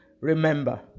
Remember